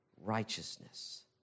righteousness